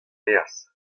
maez